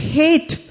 hate